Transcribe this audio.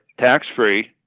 tax-free